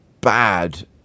bad